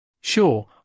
Sure